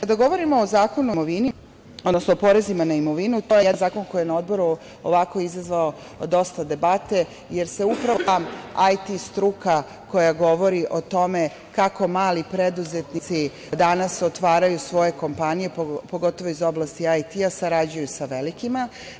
Kada govorimo o Zakonu o imovini, odnosno porezima na imovinu, to je jedan zakon koji je na Odboru izazvao dosta debate, jer se upravo ta IT struka, koja govori o tome kako mali preduzetnici danas otvaraju svoje kompanije, pogotovo iz oblasti IT, sarađuju sa velikima.